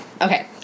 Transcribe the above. Okay